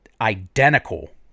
identical